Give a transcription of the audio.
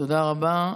תודה רבה.